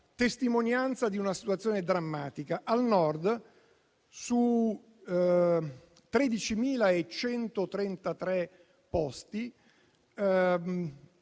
testimonianza di una situazione drammatica: al Nord 10.897 posti